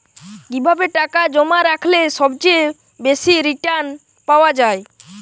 কিভাবে টাকা জমা রাখলে সবচেয়ে বেশি রির্টান পাওয়া য়ায়?